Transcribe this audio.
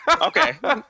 Okay